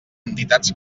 entitats